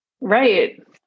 right